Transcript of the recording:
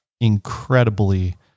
incredibly